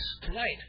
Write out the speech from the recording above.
tonight